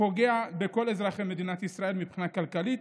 בכל אזרחי מדינת ישראל מבחינה כלכלית.